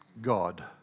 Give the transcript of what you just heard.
God